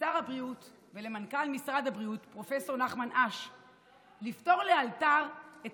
לשר הבריאות ולמנכ"ל משרד הבריאות פרופ' נחמן אש לפתור לאלתר את